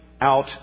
out